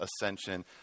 ascension